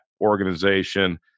organization